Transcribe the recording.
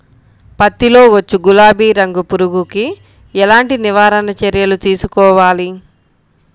పత్తిలో వచ్చు గులాబీ రంగు పురుగుకి ఎలాంటి నివారణ చర్యలు తీసుకోవాలి?